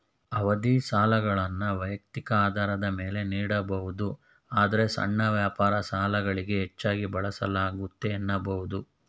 ಅವಧಿಯ ಸಾಲಗಳನ್ನ ವೈಯಕ್ತಿಕ ಆಧಾರದ ಮೇಲೆ ನೀಡಬಹುದು ಆದ್ರೆ ಸಣ್ಣ ವ್ಯಾಪಾರ ಸಾಲಗಳಿಗೆ ಹೆಚ್ಚಾಗಿ ಬಳಸಲಾಗುತ್ತೆ ಎನ್ನಬಹುದು